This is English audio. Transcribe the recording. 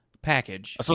Package